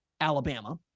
Alabama